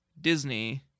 Disney